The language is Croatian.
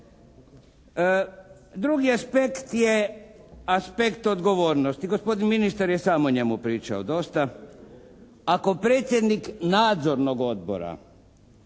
Drugi aspekt je aspekt odgovornosti. Gospodin ministar je sam o njemu pričao dosta. Ako predsjednik nadzornog odbora,